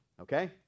Okay